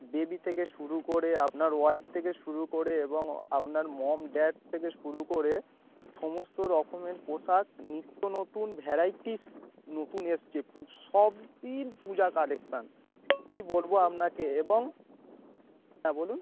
baby থেকে শুরু করে আপনার ওয়াইফ থেকে শুরু করে এবং আপনার মম ড্যাড থেকে শুরু করে সমস্ত রকমের পোশাক নিত্য নতুন ভ্যারাইটিস নতুন এসেছে পু সবই পূজা কালেকশান কি বলবো আপনাকে এবং হ্যাঁ বলুন